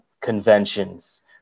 conventions